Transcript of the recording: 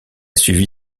suivi